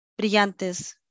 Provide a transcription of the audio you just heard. brillantes